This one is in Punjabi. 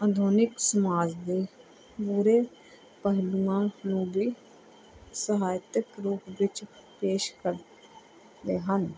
ਆਧੁਨਿਕ ਸਮਾਜ ਦੇ ਮੂਹਰੇ ਪਹਿਲੂਆਂ ਨੂੰ ਵੀ ਸਹਾਇਤਕ ਰੂਪ ਵਿੱਚ ਪੇਸ਼ ਕਰਦੇ ਹਨ